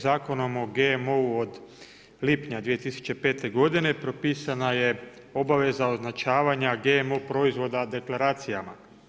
Zakonom o GMO-u od lipnja 2005. g. propisana je obaveza označavanja GMO proizvoda deklaracijama.